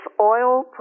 oil